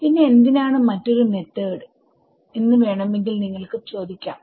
പിന്നെ എന്തിനാണ് മറ്റൊരു മെത്തോഡ് എന്ന് വേണമെങ്കിൽ നിങ്ങൾക്ക് ചോദിക്കാം